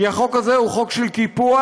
כי החוק הזה הוא חוק של קיפוח,